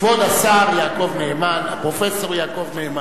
כבוד השר יעקב נאמן, הפרופסור יעקב נאמן,